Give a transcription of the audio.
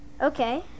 Okay